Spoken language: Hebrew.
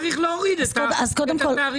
צריך להוריד את התעריפים.